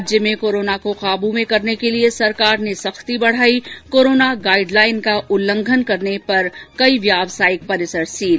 राज्य में कोरोना को काबू करने के लिये सरकार ने सख्ती बढ़ाई कोरोना गाइडलाइन का उल्लघंन करने पर कई व्यावसायिक परिसर सील